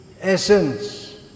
essence